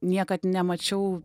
niekad nemačiau